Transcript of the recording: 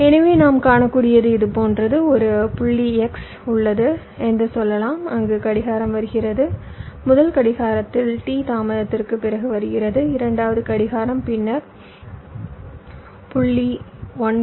எனவே நாம் காணக்கூடியது இது போன்றது ஒரு புள்ளி x உள்ளது என்று சொல்லலாம் அங்கு கடிகாரம் வருகிறது முதல் கடிகாரத்தில் T தாமதத்திற்குப் பிறகு வருகிறது இரண்டாவது கடிகாரம் பின்னர் 0